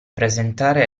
presentare